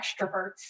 extroverts